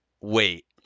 Wait